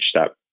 step